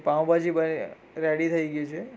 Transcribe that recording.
પાઉંભાજી બની રેડી થઈ ગયું છે